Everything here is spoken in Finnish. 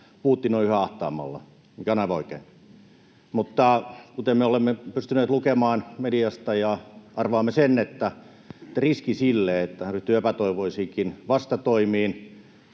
Putin on yhä ahtaammalla, mikä on aivan oikein. Mutta kuten me olemme pystyneet lukemaan mediasta ja arvaamme sen, että riski sille, että hän ryhtyy epätoivoisiinkin vastatoimiin